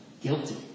guilty